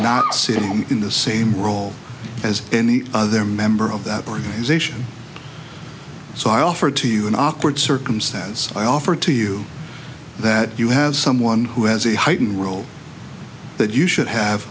not sitting home in the same role as any other member of that organization so i offer to you an awkward circumstance i offer to you that you have someone who has a heightened role that you should have